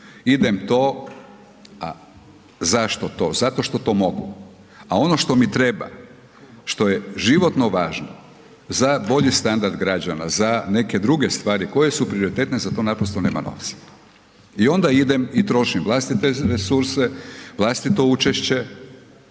idem to a zašto to, zašto što to mogu a ono što mi treba, što je životno važno, za bolji standard građana, za neke druge stvari koje su prioritetne, za to naprosto nema novaca. I onda idem i trošim vlastite resurse, vlastito učešće,